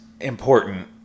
important